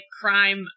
crime